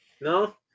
No